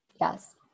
Yes